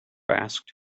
asked